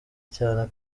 cyane